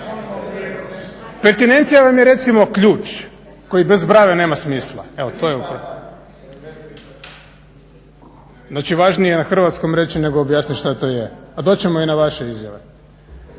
Pertinencija vam je recimo ključ koji bez brave nema smisla, evo to je. Znači važnije je na hrvatskom reći nego objasniti što to je. Pa doći ćemo i na vaše izjave.